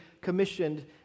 commissioned